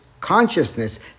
Consciousness